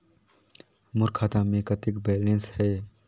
मोर खाता मे कतेक बैलेंस हे?